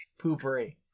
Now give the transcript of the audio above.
poopery